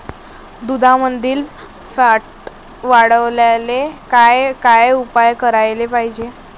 दुधामंदील फॅट वाढवायले काय काय उपाय करायले पाहिजे?